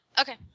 Okay